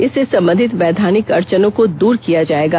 इससे संबंधित वैधानित अड़चनों को दूर किया जायेगा